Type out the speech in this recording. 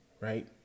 right